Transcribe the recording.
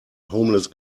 homeless